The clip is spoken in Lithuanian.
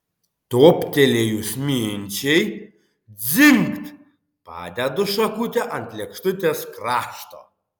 toptelėjus minčiai dzingt padedu šakutę ant lėkštutės krašto